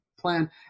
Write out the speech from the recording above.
plan